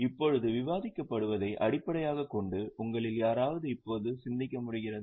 இப்போது விவாதிக்கப்படுவதை அடிப்படையாகக் கொண்டு உங்களில் யாராவது இப்போது சிந்திக்க முடிகிறதா